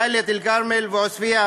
דאלית-אלכרמל ועוספיא,